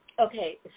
okay